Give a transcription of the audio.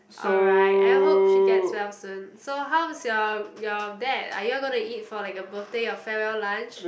alright I hope she gets well soon so how's your your dad are you all going to eat for like a birthday or farewell lunch